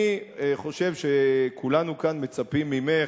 אני חושב שכולנו כאן מצפים ממך,